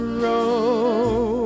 road